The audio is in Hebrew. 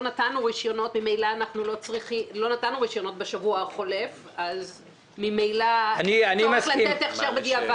לא נתנו רישיונות בשבוע החולף אז ממילא אין צורך לתת הכשר בדיעבד.